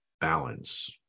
balance